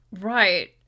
Right